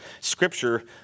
scripture